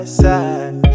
side